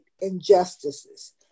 injustices